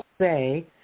say